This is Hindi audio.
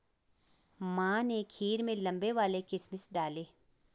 माँ ने खीर में लंबे वाले किशमिश डाले